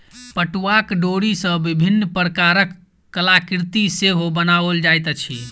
पटुआक डोरी सॅ विभिन्न प्रकारक कलाकृति सेहो बनाओल जाइत अछि